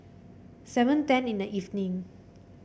seven ten in the evening